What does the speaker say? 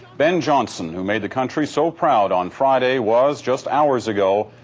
ben johnson, who made the country so proud on friday was just hours ago,